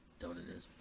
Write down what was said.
what it is?